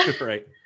Right